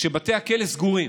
שבתי הכלא סגורים,